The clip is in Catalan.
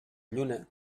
lluna